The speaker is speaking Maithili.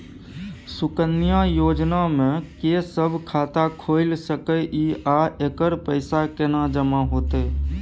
सुकन्या योजना म के सब खाता खोइल सके इ आ एकर पैसा केना जमा होतै?